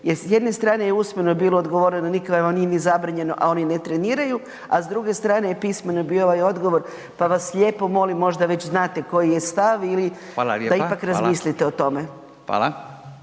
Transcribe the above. jer s jedne strane je usmeno bilo odgovoreno nikad vam nije ni zabranjeno, a oni ne treniraju, a s druge strane je pismeno bio i odgovor, pa vas lijepo molim možda već znate koji je stav ili …/Upadica: Fala